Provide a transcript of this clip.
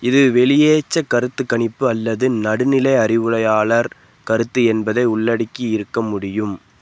இது வெளியேச்சக் கருத்துக் கணிப்பு அல்லது நடுநிலை அறிவுரையாளர் கருத்து என்பதை உள்ளடக்கி இருக்க முடியும்